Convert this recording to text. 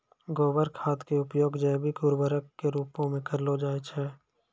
गोबर खाद के उपयोग जैविक उर्वरक के रुपो मे करलो जाय छै